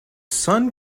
sun